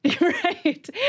right